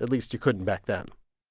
at least you couldn't back then